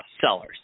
sellers